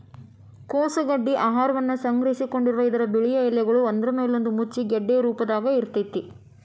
ಕೋಸು ಗಡ್ಡಿ ಆಹಾರವನ್ನ ಸಂಗ್ರಹಿಸಿಕೊಂಡಿರುವ ಇದರ ಬಿಳಿಯ ಎಲೆಗಳು ಒಂದ್ರಮೇಲೊಂದು ಮುಚ್ಚಿ ಗೆಡ್ಡೆಯ ರೂಪದಾಗ ಇರ್ತೇತಿ